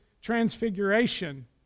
transfiguration